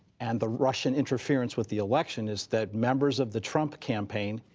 and the russian interference with the election is that members of the trump campaign,